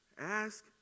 ask